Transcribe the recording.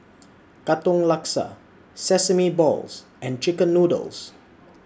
Katong Laksa Sesame Balls and Chicken Noodles